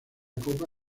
copa